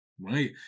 right